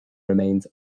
remains